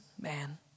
man